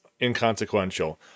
inconsequential